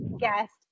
guest